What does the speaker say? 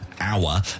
hour